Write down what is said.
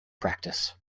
practice